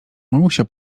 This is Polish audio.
mamusia